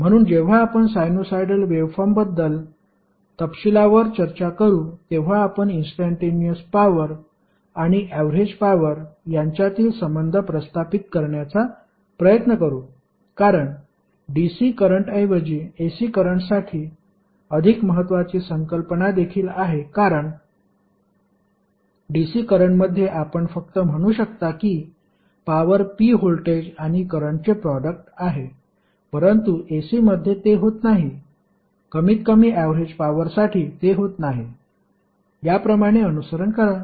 म्हणून जेव्हा आपण साइनसॉइडल वेव्हफॉर्म्सबद्दल तपशिलावर चर्चा करू तेव्हा आपण इंस्टंटेनिअस पॉवर आणि ऍवरेज पॉवर यांच्यातील संबंध प्रस्थापित करण्याचा प्रयत्न करू कारण DC करंटऐवजी AC करंटसाठी अधिक महत्वाची संकल्पना देखील आहे कारण DC करंटमध्ये आपण फक्त म्हणू शकता कि पॉवर P व्होल्टेज आणि करंटचे प्रोडक्ट आहे परंतु AC मध्ये ते होत नाही कमीत कमी ऍवरेज पॉवरसाठी ते होत नाही याप्रमाणे अनुसरण करा